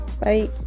Bye